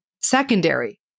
secondary